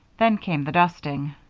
then came the dusting.